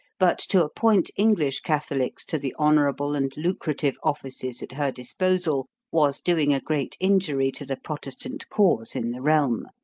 but to appoint english catholics to the honorable and lucrative offices at her disposal was doing a great injury to the protestant cause in the realm.